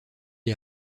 est